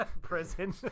Prison